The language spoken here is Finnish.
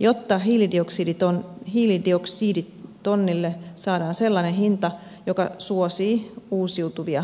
jotta hiilidioksiditonnille saadaan sellainen hinta joka suosii uusiutuvia polttoaineita